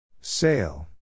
Sail